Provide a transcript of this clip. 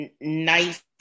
nice